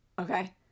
Okay